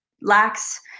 lacks